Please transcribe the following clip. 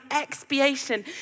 expiation